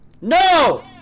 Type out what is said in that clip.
No